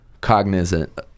cognizant